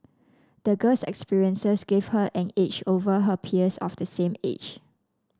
the girl's experiences gave her an edge over her peers of the same age